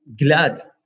Glad